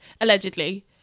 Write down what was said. Allegedly